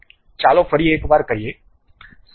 ચાલો ફરી એક વાર કરીએ